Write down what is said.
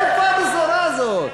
איפה הבשורה הזאת?